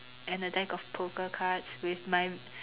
and a deck of poker cards with my